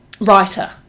writer